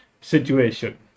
situation